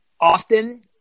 often